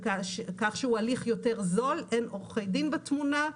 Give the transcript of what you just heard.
כך שהוא הליך יותר זול, אין עורכי דין בתמונה.